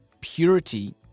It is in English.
purity